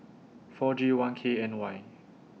four G one K N Y